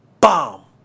Bomb